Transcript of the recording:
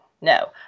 no